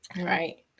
right